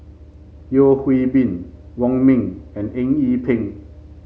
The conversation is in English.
Yeo Hwee Bin Wong Ming and Eng Yee Peng